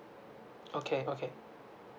okay okay